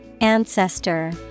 Ancestor